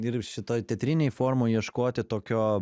ir šitoj teatrinėj formoj ieškoti tokio